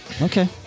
Okay